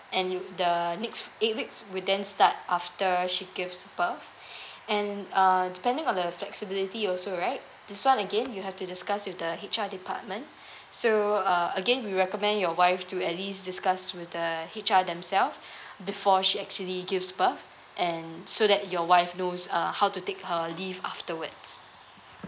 and you the next eight weeks will then start after she gives birth and uh depending on the flexibility also right this one again you have to discuss with the H_R department so uh again we recommend your wife to at least discuss with the H_R themselves before she actually gives birth and so that your wife knows uh how to take her leave afterwards